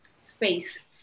space